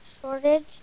shortage